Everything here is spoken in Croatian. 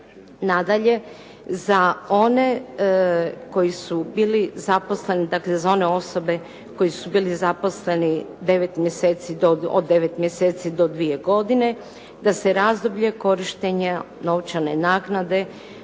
dakle, za one osobe koji su bili zaposleni 9 mjeseci, od 9 mjeseci do 2 godine, da se razdoblje korištenja novčane naknade